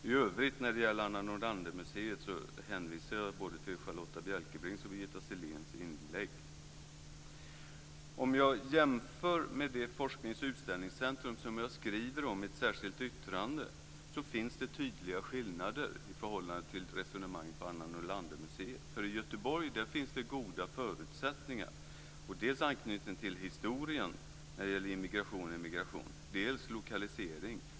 I övrigt när det gäller Museum Anna Nordlander hänvisar jag till både Charlotta Bjälkebrings och Om jag jämför med det forsknings och utställningscentrum som jag skriver om i ett särskilt yttrande, finns det tydliga skillnader i förhållande till resonemanget om Museum Anna Nordlander. I Göteborg finns goda förutsättningar, med dels anknytning till historien när det gäller immigration och emigration, dels lokalisering.